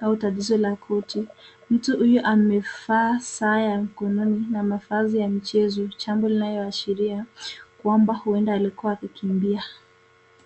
au tatizo la goti. Mtu huyu amevaa saa ya mkononi na mavazi ya michezo jambo inayoashiria kwamba huenda alikuwa akikimbia.